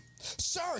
Sir